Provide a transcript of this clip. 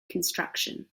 construction